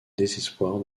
désespoir